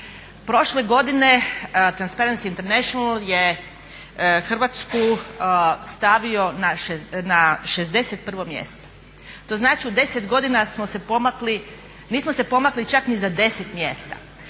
Prošle godine transparents internationale je Hrvatsku stavio na 61 mjesto, to znači u 10 godina smo se pomakni, nismo se pomakli čak ni za 10 mjesta.